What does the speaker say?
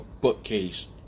bookcase